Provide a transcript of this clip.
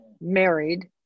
married